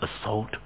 assault